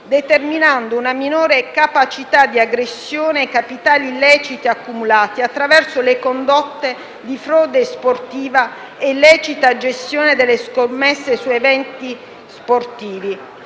determinando una minore capacità di aggressione ai capitali illeciti accumulati attraverso le condotte di frode sportiva e illecita gestione delle scommesse su eventi sportivi.